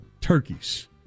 turkeys